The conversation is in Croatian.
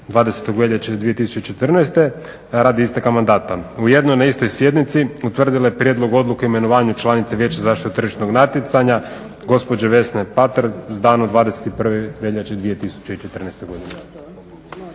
20.veljače 2014. radi isteka mandata. Ujedno na istoj sjednici utvrdila je prijedlog odluke o imenovanju članice vijeća za zaštitu tržišnog natjecanja gospođe Vesne Patrlj s danom 20.veljače 2014.godine.